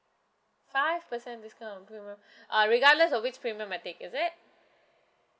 five percent discount on premium uh regardless of which premium I take is it